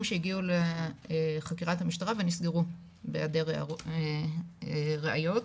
שהגיעו לחקירת המשטרה ונסגרו בהיעדר ראיות.